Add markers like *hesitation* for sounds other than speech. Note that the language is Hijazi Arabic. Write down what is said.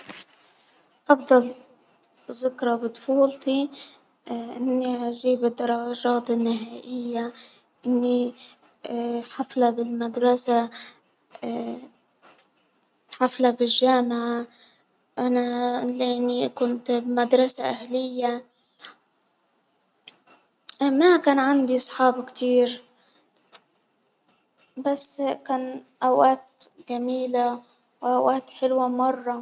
أفضل ذكرى بطفوتكي *hesitation* إني أجيب الدراجات النهائية إني *hesitation* حفلة بالمدرسة *hesitation* حفلة بالجامعة، لإني كنت بمدرسة أهلية ما كان عندي أصحاب كتير بس كان أوقات جميلة وأوقات حلوة مرة.